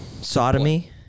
Sodomy